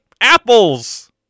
apples